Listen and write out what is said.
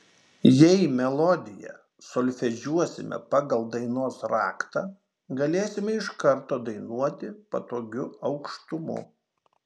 jei melodiją solfedžiuosime pagal dainos raktą galėsime iš karto dainuoti patogiu aukštumu